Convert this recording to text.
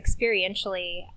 experientially